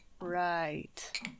Right